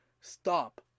stop